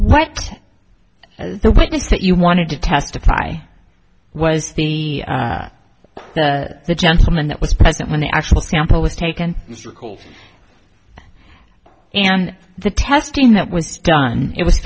what the witness that you wanted to testify was the gentleman that was present when the actual sample was taken and the testing that was done it was